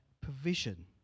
provision